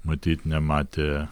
matyt nematė